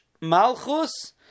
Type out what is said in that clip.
Malchus